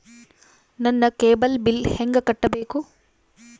ನನ್ನ cable bill ಹೆಂಗ ಕಟ್ಟಬೇಕು?